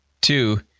Two